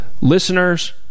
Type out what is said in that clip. listeners